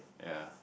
yea